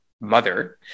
mother